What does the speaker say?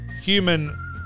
human